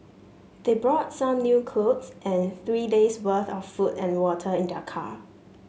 they brought some new clothes and three days' worth of food and water in their car